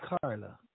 Carla